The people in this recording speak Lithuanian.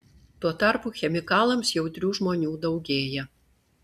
tuo tarpu chemikalams jautrių žmonių daugėja